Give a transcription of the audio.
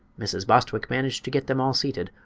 mrs. bostwick managed to get them all seated,